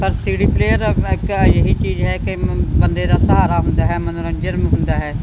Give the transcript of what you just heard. ਪਰ CD player ਇੱਕ ਅਜਿਹੀ ਚੀਜ਼ ਹੈ ਕਿ ਬੰਦੇ ਦਾ ਸਹਾਰਾ ਹੁੰਦਾ ਹੈ ਮਨੋਰੰਜਨ ਹੁੰਦਾ ਹੈ